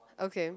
okay